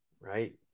right